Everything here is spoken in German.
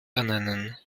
ernennen